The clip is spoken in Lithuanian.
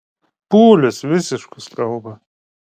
pūlius visiškus kalba